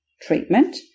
treatment